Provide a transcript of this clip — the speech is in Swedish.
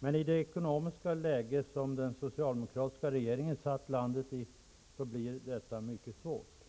I det ekonomiska läge som den socialdemokratiska regeringen försatt landet blir detta mycket svårt.